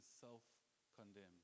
self-condemned